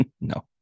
No